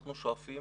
אנחנו שואפים